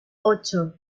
ocho